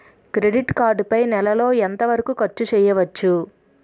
Credit card పై నెల లో ఎంత వరకూ ఖర్చు చేయవచ్చు?